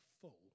full